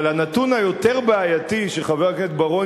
אבל הנתון היותר בעייתי שחבר הכנסת בר-און